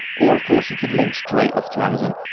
or of course, you could link straight off to amazon.